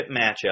matchup